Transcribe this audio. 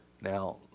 Now